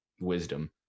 wisdom